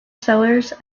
cellars